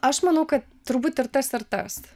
aš manau kad turbūt ir tas ir tas